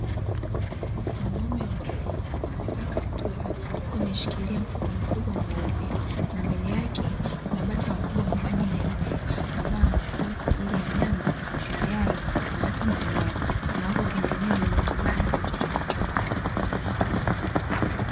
Mwanaume mmoja amevaa kaptura huku ameshikilia mfuko mkubwa mweupe, na mbele yake kuna bata wakubwa wenye rangi nyeupe, ambao anawafuga kwa ajili ya: nyama, mayai, na hata manyoya. Na wako kwenye eneo lenye kibanda kilichochokachoka.